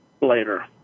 later